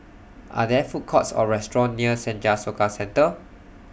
Are There Food Courts Or restaurants near Senja Soka Centre